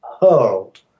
hurled